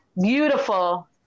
beautiful